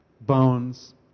bones